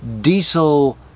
diesel